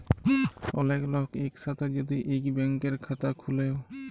ওলেক লক এক সাথে যদি ইক ব্যাংকের খাতা খুলে ও